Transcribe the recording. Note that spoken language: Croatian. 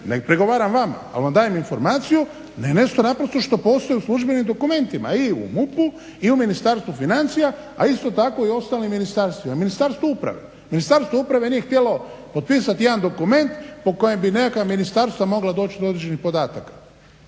ne prigovaram vama ali vam dajem informaciju … što postoji u službenim dokumentima i u MUP-u i u Ministarstvu financija a isto tako i u ostalim ministarstvima. Ministarstvo upravo nije htjelo potpisati jedan dokument po kojem bi neka ministarstva mogla dođi do određenih podataka